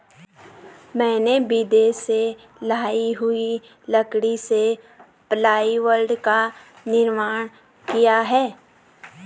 मैंने विदेश से लाई हुई लकड़ी से प्लाईवुड का निर्माण किया है